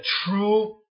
true